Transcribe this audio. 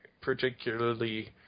particularly